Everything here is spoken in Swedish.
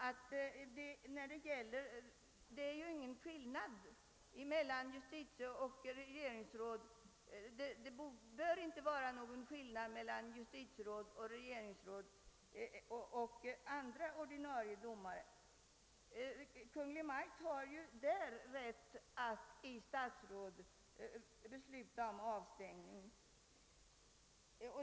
Det bör i det fallet inte vara någon skillnad mellan justitieoch regeringsråd och andra ordinarie domare. Kungl. Maj:t har ju beträffande andra ordinarie domare rätt att i statsrådet besluta om avstängning.